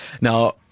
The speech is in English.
Now